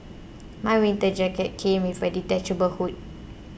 my winter jacket came with a detachable hood